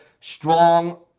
strong